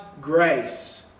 grace